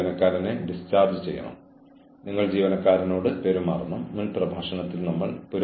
ജീവനക്കാരെ അച്ചടക്കത്തിലാക്കാൻ നിങ്ങൾക്ക് നിങ്ങളുടേതായ മാർഗം ഉണ്ടായിരിക്കാം